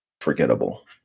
forgettable